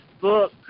book